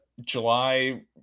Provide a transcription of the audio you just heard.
July –